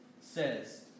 says